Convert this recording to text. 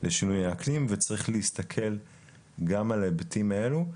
לשינוי האקלים, וצריך להסתכל גם על ההיבטים הללו.